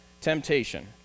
temptation